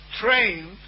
trained